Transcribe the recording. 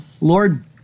Lord